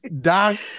Doc